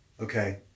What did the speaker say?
okay